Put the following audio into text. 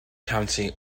county